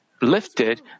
lifted